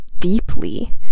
deeply